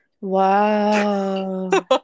wow